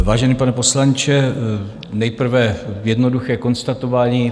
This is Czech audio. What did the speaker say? Vážený pane poslanče, nejprve jednoduché konstatování.